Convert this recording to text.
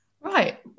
right